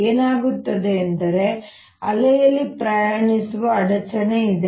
ಏನಾಗುತ್ತದೆ ಎಂದರೆ ಅಲೆಯಲ್ಲಿ ಪ್ರಯಾಣಿಸುವ ಅಡಚಣೆ ಇದೆ